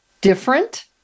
different